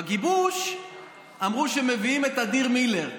בגיבוש אמרו שמביאים את אדיר מילר.